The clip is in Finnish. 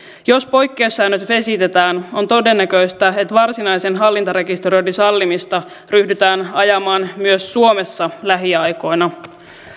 jos poikkeussäännöt vesitetään on todennäköistä että varsinaisen hallintarekisteröinnin sallimista ryhdytään ajamaan myös suomessa lähiaikoina